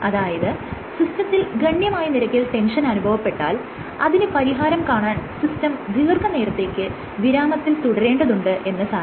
അതായത് സിസ്റ്റത്തിൽ ഗണ്യമായ നിരക്കിൽ ടെൻഷൻ അനുഭവപ്പെട്ടാൽ അതിന് പരിഹാരം കാണാൻ സിസ്റ്റം ദീർഘനേരത്തേക്ക് വിരാമത്തിൽ തുടരേണ്ടതുണ്ട് എന്ന് സാരം